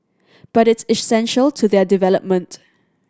but it's essential to their development